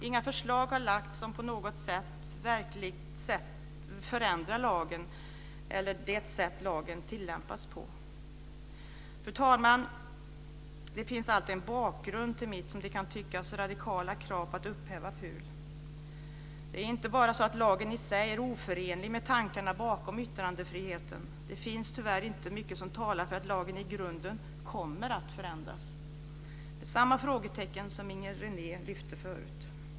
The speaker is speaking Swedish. Inga förslag har lagts fram som på något verkligt sätt förändrar lagen eller det sätt lagen tillämpas på. Fru talman! Det finns alltså en bakgrund till mitt som kan tyckas radikala krav på att upphäva PUL. Det är inte bara så att lagen i sig är oförenlig med tankarna bakom yttrandefriheten. Det finns tyvärr inte mycket som talar för att lagen i grunden kommer att förändras. Det är samma frågetecken som Inger René lyfte förut.